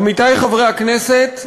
עמיתי חברי הכנסת,